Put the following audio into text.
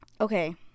Okay